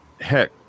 heck